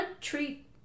treat